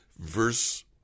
verse